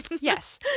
Yes